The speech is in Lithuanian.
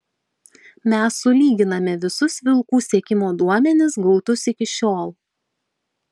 mes sulyginame visus vilkų sekimo duomenis gautus iki šiol